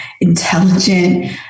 intelligent